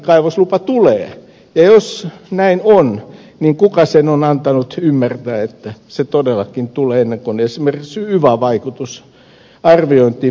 ja jos näin on niin kuka on antanut ymmärtää että se todellakin tulee ennen kuin esimerkiksi yva arviointi ympäristövaikutusarviointi on toteutettu